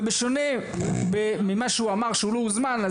ובשונה ממה שהוא אמר שהוא לא הוזמן,